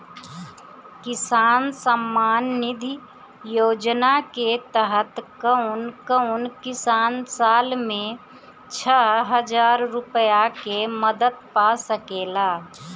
किसान सम्मान निधि योजना के तहत कउन कउन किसान साल में छह हजार रूपया के मदद पा सकेला?